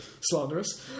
Slanderous